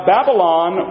Babylon